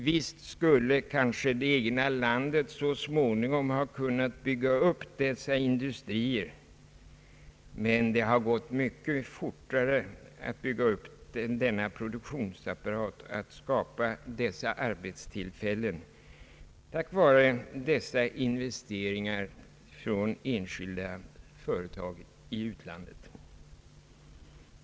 Visst skulle kanske det egna landet så småningom ha kunnat bygga upp dessa industrier, men det hade gått mycket fortare att bygga upp denna produktionsapparat och att skapa dessa arbetstillfällen tack vare investeringarna från enskilda utländska företag.